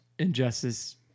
Injustice